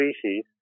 species